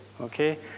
Okay